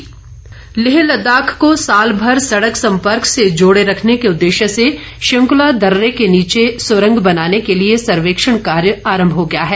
शिंकुला सुरंग लेह लद्दाख को साल भर सड़क सम्पर्क से जोड़े रखने के उद्देश्य से शिंकुला दर्रे के नीचे सुरंग बनाने के लिए सर्वेक्षण कार्य आरम्म हो गया है